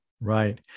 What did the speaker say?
Right